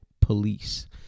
police